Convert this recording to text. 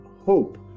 Hope